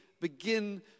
begin